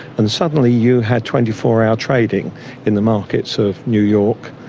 and suddenly you had twenty four hour trading in the markets of new york,